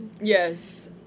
Yes